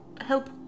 help